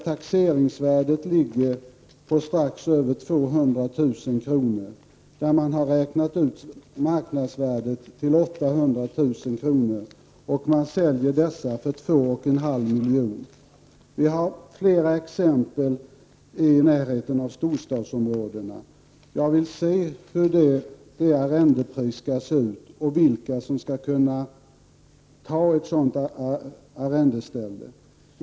Taxeringsvärdet kan ligga på strax över 200 000 kr. Man kan ha räknat ut marknadsvärdet till 800 000 kr., och man säljer sedan gården för 2,5 milj.kr. Det finns i närheten av storstadsområdena flera exempel på detta. Jag skulle vilja se hur stor arrende avgiften i dessa fall skulle bli och vilka som skulle kunna ta ett sådant arrendeställe.